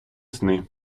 сни